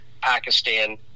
pakistan